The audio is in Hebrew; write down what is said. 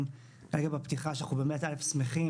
שאנחנו שמחים,